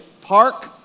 park